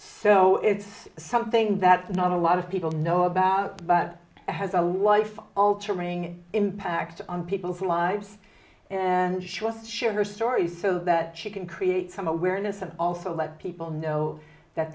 so it's something that not a lot of people know about but it has a life altering impact on people's lives and she will share her stories so that she can create some awareness of also let people know that